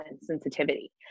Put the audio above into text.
sensitivity